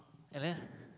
and then